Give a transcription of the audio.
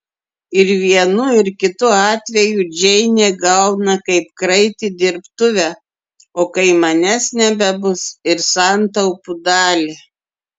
ir vienu ir kitu atveju džeinė gauna kaip kraitį dirbtuvę o kai manęs nebebus ir santaupų dalį